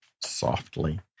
softly